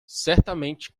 certamente